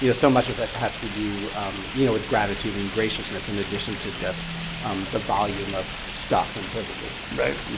you know so much of it has to do you know with gratitude and graciousness, in addition to just um the volume of stuff and privileges. right.